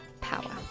power